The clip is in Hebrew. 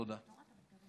תודה.